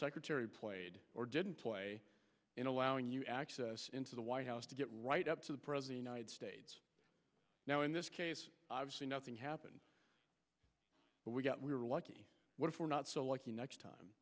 secretary played or didn't play in allowing you access into the white house to get right up to the president now in this case obviously nothing happened but we got we were lucky what if we're not so lucky next time